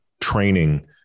training